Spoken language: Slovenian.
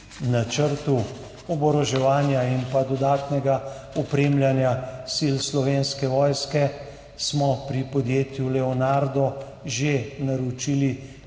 načrtu oboroževanja in dodatnega opremljanja sil Slovenske vojske smo pri podjetju Leonardo že naročili